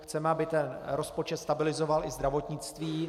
Chceme, aby rozpočet stabilizoval i zdravotnictví.